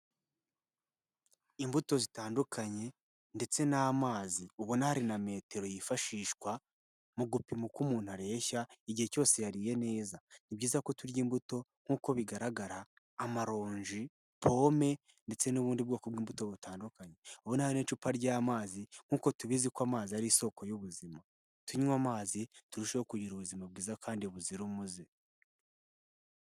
Imbuto zitandukanye ndetse n'amazi ubona hari na metero yifashishwa mu gupima uko umuntu areshya igihe cyose yariye neza. Ni byiza ko turya imbuto nk'uko bigaragara amaronji, pome ndetse n'ubundi bwoko bw'imbuto butandukanye, ubona hari n'icupa ry'amazi nk'uko tubizi ko amazi ari isoko y'ubuzima, tunywe amazi turusheho kugira ubuzima bwiza kandi buzira umuze.